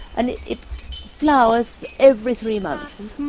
and it flowers every three months.